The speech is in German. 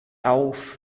auf